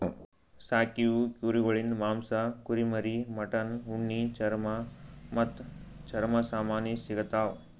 ಸಾಕೀವು ಕುರಿಗೊಳಿಂದ್ ಮಾಂಸ, ಕುರಿಮರಿ, ಮಟನ್, ಉಣ್ಣಿ, ಚರ್ಮ ಮತ್ತ್ ಚರ್ಮ ಸಾಮಾನಿ ಸಿಗತಾವ್